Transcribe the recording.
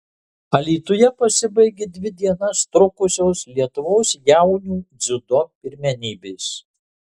alytuje pasibaigė dvi dienas trukusios lietuvos jaunių dziudo pirmenybės